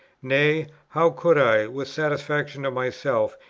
nay, how could i, with satisfaction to myself,